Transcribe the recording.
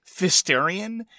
Fisterian